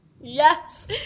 Yes